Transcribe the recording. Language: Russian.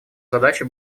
задача